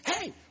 Hey